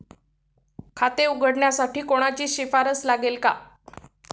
खाते उघडण्यासाठी कोणाची शिफारस लागेल का?